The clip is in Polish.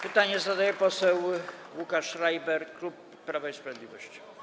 Pytanie zadaje poseł Łukasz Schreiber, klub Prawa i Sprawiedliwości.